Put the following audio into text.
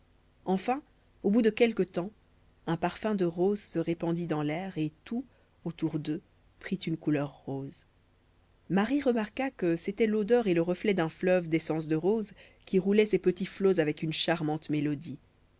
enfin au bout de quelque temps un parfum de roses se répandit dans l'air et tout autour d'eux prit une couleur rose marie remarqua que c'était l'odeur et le reflet d'un fleuve d'essence de rose qui roulait ses petits flots avec une charmante mélodie